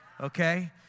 okay